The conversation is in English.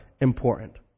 important